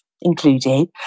included